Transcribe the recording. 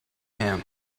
him